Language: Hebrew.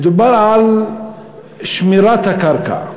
מדובר על שמירת הקרקע.